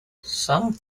some